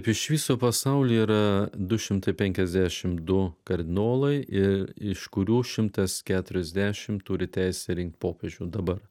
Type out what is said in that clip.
iš viso pasauly yra du šimtai penkiasdešimt du kardinolai ir iš kurių šimtas keturiasdešimt turi teisę rinkt popiežių dabar